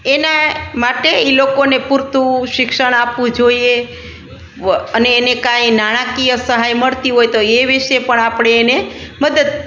એના માટે એ લોકોને પૂરતું શિક્ષણ આપવું જોઈએ અને એને વ કાંઈ નાણાકીય સહાય મળતી હોય તો એ વિષે પણ આપણે એને મદદ